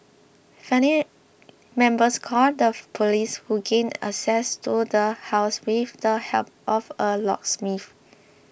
family members called the police who gained access to the house with the help of a locksmith